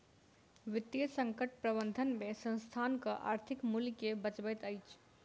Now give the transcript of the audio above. वित्तीय संकट प्रबंधन में संस्थानक आर्थिक मूल्य के बचबैत अछि